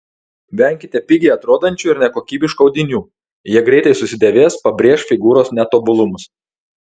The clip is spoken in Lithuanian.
venkite pigiai atrodančių ir nekokybiškų audinių jie greitai susidėvės pabrėš figūros netobulumus